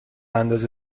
اندازه